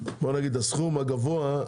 ולגבי הסכום הגבוה,